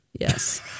Yes